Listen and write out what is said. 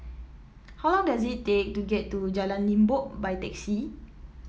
how long does it take to get to Jalan Limbok by taxi